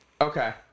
Okay